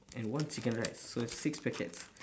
and one chicken rice so it's six packets